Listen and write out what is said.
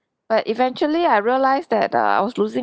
but eventually I realised that err I was losing